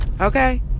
okay